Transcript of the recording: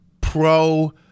pro